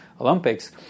Olympics